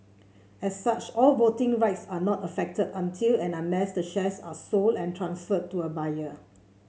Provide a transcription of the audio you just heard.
as such all voting rights are not affected until and unless the shares are sold and transferred to a buyer